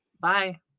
Bye